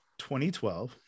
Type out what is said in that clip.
2012